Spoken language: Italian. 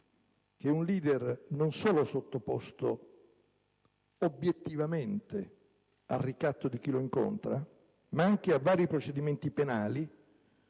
che un *leader* non solo sottoposto obiettivamente al ricatto di chi lo incontra, ma anche a vari procedimenti penali,